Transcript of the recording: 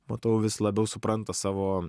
matau vis labiau supranta savo